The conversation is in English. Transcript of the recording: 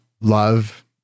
love